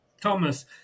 Thomas